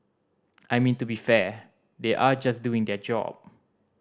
I mean to be fair they are just doing their job